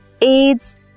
AIDS